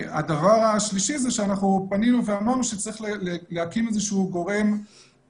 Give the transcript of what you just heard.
הדבר השלישי זה שאנחנו פנינו ואמרנו שצריך להקים איזה שהוא מוקד,